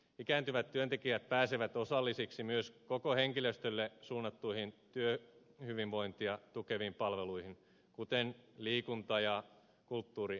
ikääntyvät työntekijät pääsevät osallisiksi myös koko henkilöstölle suunnatuista työhyvinvointia tukevista palveluista kuten liikunta ja kulttuuriharrasteista